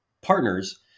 partners